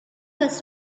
was